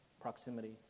proximity